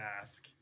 ask